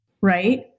right